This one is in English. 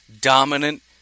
dominant